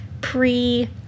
pre